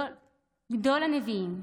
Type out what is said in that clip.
גדול הנביאים,